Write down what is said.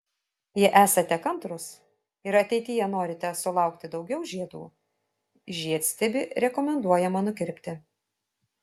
jei esate kantrūs ir ateityje norite sulaukti daugiau žiedų žiedstiebį rekomenduojama nukirpti